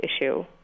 issue